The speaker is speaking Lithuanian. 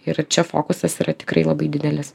ir čia fokusas yra tikrai labai didelis